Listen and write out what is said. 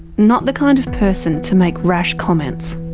not the kind of person to make rash comments.